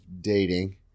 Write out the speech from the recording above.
dating